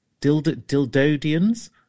Dildodians